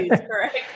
correct